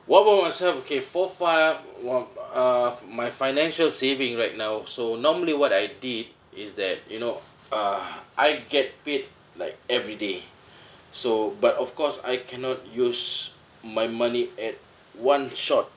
what about myself okay for fi~ w~ uh my financial saving right now so normally what I did is that you know uh I get paid like every day so but of course I cannot use my money at one shot